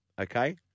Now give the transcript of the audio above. Okay